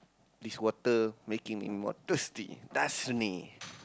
this water making me more thirsty Dasani